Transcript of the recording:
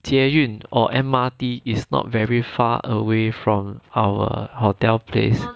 捷运 or M_R_T is not very far away from our hotel place